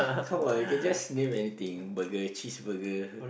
come on you can just name anything burger cheese burger